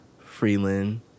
Freeland